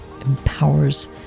empowers